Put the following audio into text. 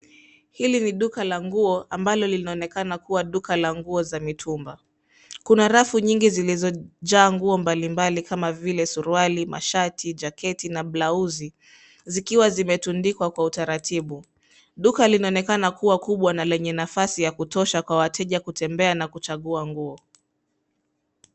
Hili ni duka la nguo ambalo linaonekana kuwa duka la nguo za mitumba. Kuna rafu nyingi zilizojaa nguo mbalimbali kama vile suruali, masharti, jaketi na blauzi zikiwa zimetundikwa kwa utaratibu. Duka linaonekana kuwa kubwa na lenye nafasi ya kutosha kwa wateja kutembea na kuchagua nguo.